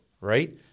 right